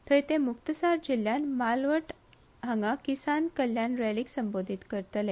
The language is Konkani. थंय ते मुक्तसार जिल्ल्यांत मालवटात किसान कल्याण रॅलीक संबोधीत करतले